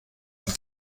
und